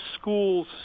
schools